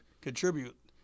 contribute